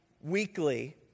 weekly